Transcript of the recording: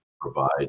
provide